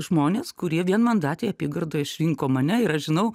žmonės kurie vienmandatėj apygardoj išrinko mane ir aš žinau